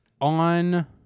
on